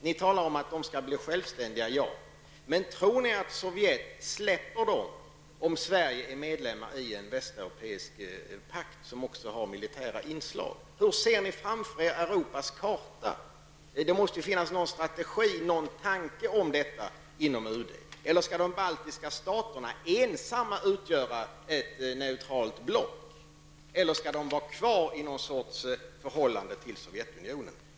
Ni talar om att de baltiska staterna skall bli självständiga, men tror ni att Sovjet släpper dem, om Sverige är medlem i en västeuropeisk pakt, som också har militära inslag? Hur ser ni framför er Europas karta? Det måste ju finnas någon strategi och någon tanke om detta inom UD. Skall de baltiska staterna ensamma utgöra ett neutralt block eller skall de stå kvar i någon sorts förhållande till Sovjetunionen?